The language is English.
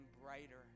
brighter